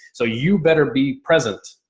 so you better be present.